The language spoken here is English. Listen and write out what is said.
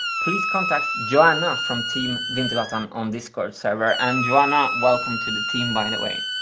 please contact joanna from team wintergatan on discord server and joanna welcome to the team, by the way!